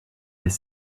les